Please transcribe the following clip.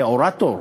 היה אורטור,